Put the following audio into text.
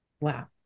Wow